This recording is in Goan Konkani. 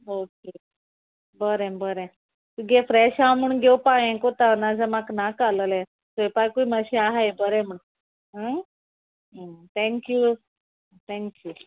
ओके बरें बरें तुगे फ्रेश हांव म्हूण घेवपा हें कोतां नाजाल्यार म्हाका नाका आल्होलें सोयपाकूय मातशें आहाय बरें म्हूण आ थँक्यू थँक्यू